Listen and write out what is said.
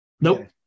Nope